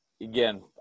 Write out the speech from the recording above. Again